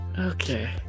Okay